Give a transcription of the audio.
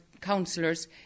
councillors